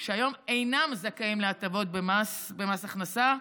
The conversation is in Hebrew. שהיום אינם זכאים להטבות במס הכנסה,